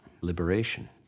liberation